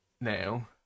now